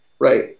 Right